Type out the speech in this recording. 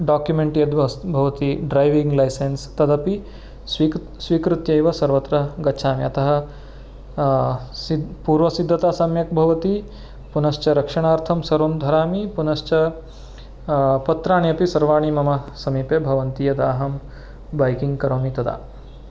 document यद् अस् भवति ड्रैविङ्ग् लैसन्स् तदपि स्वी स्वीकृत्य एव सर्वत्र गच्छामि अतः सिद् पूर्वसिद्धता सम्यक् भवति पुनश्च रक्षणार्थं सर्वं धरामि पुनश्च पत्राणि अपि सर्वाणि मम समीपे भवन्ति यदा अहं बैकिङ्ग् करोमि तदा